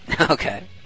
Okay